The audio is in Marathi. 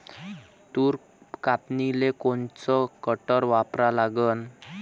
तूर कापनीले कोनचं कटर वापरा लागन?